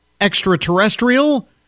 extraterrestrial